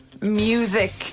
music